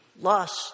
lust